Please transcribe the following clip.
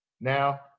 Now